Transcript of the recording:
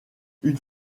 une